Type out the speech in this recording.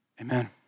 Amen